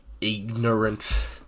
ignorant